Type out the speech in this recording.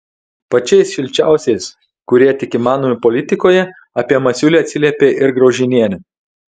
pačiais šilčiausiais kurie tik įmanomi politikoje apie masiulį atsiliepė ir graužinienė